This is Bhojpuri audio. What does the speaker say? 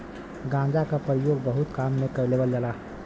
गांजा क परयोग बहुत काम में लेवल जाला